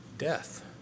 death